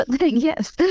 yes